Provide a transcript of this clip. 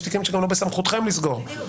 יש תיקים שלא בסמכותכם לסגור אותם,